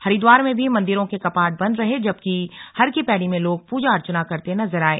हरिद्वार में भी मंदिरों के कपाट बंद रहे जबकि हरकीपैड़ी में लोग पूजा अर्चना करते नजर आये